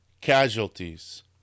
casualties